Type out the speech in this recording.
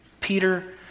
Peter